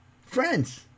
Friends